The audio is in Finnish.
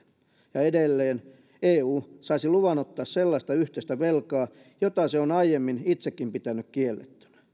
ja edelleen eu saisi luvan ottaa sellaista yhteistä velkaa jota se on aiemmin itsekin pitänyt kiellettynä